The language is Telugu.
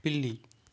పిల్లి